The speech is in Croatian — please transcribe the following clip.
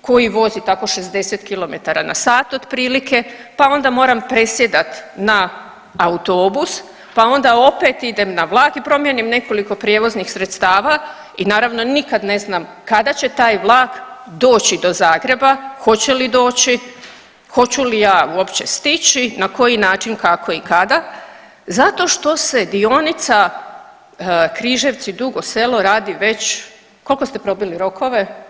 koji vozi tako 60 km/h otprilike, pa onda moram presjedat na autobus, pa onda opet idem na vlak i promijenim nekoliko prijevoznih sredstava i naravno nikad ne znam kada će taj vlak doći do Zagreba, hoće li doći, hoću li ja uopće stići, na koji način, kako i kada zato što se dionica Križevci – Dugo Selo radi već, koliko ste probili rokove?